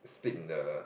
sleep in the